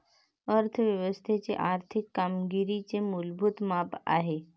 अर्थ व्यवस्थेच्या आर्थिक कामगिरीचे मूलभूत माप आहे